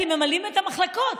כי ממלאים את המחלקות.